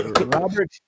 Robert